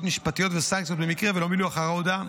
משפטיות וסנקציות במקרה שלא מילאו אחר ההודעה,